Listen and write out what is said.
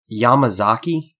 Yamazaki